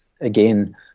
again